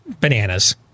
bananas